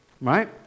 right